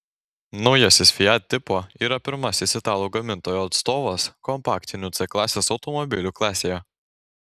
naujasis fiat tipo yra pirmasis italų gamintojo atstovas kompaktinių c klasės automobilių klasėje